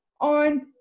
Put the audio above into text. on